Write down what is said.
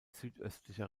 südöstlicher